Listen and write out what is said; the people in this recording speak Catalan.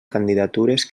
candidatures